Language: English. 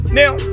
now